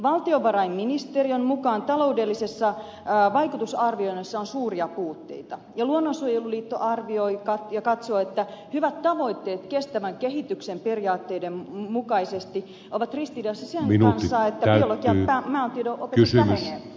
valtiovarainministeriön mukaan taloudellisessa vaikutusarvioinnissa on suuria puutteita ja luonnonsuojeluliitto arvioi ja katsoo että hyvät tavoitteet kestävän kehityksen periaatteiden mukaisesti ovat ristiriidassa sen kanssa että biologian ja maantiedon opetus vähenee